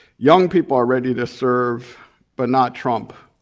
young people are ready to serve but not trump.